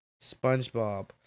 Spongebob